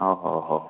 ओहोहो